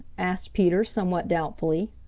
asked peter somewhat doubtfully.